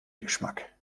geschmack